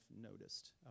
noticed